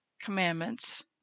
commandments